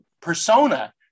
persona